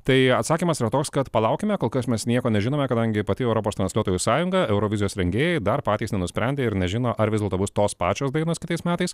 tai atsakymas yra toks kad palaukime kol kas mes nieko nežinome kadangi pati europos transliuotojų sąjunga eurovizijos rengėjai dar patys nenusprendė ir nežino ar vis dėlto bus tos pačios dainos kitais metais